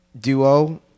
duo